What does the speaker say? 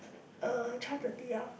uh twelve thirty ah